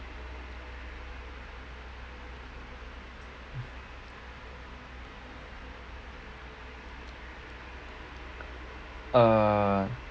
uh